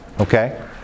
Okay